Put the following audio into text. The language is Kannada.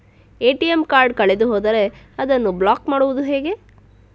ಎ.ಟಿ.ಎಂ ಕಾರ್ಡ್ ಕಳೆದು ಹೋದರೆ ಅದನ್ನು ಬ್ಲಾಕ್ ಮಾಡುವುದು ಹೇಗೆ?